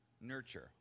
nurture